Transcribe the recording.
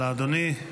תודה לאדוני.